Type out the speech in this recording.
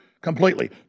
completely